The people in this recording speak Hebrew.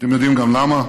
אתם יודעים גם למה,